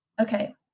Okay